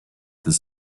his